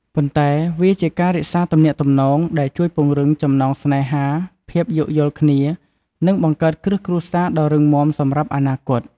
ប៉ុន្តែវាជាការរក្សាទំនាក់ទំនង ដែលជួយពង្រឹងចំណងស្នេហា ភាពយោគយល់គ្នា និងបង្កើតគ្រឹះគ្រួសារដ៏រឹងមាំសម្រាប់អនាគត។